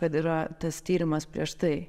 kad yra tas tyrimas prieš tai